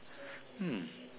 hmm